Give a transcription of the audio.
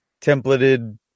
templated